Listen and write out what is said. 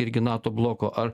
irgi nato bloko ar